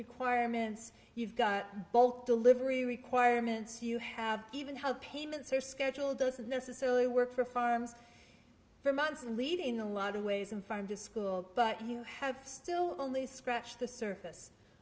requirements you've got both delivery requirements you have even how payments are schedule doesn't necessarily work for farms for months lead in a lot of ways and farm to school but you have still only scratched the surface